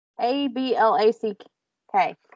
A-B-L-A-C-K